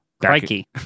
Crikey